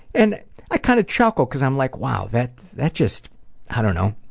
and i kind of chuckle, because i'm like, wow. that that just i don't know.